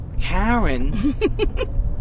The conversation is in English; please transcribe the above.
Karen